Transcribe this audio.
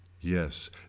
yes